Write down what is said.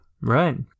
Right